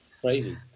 Crazy